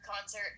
concert